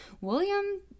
William